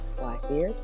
Blackbeard